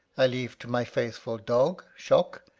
i leave to my faithful dog. shock,